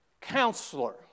counselor